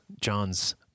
John's